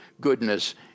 goodness